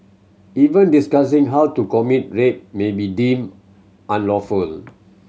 even discussing how to commit rape may be deemed unlawful